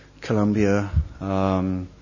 Colombia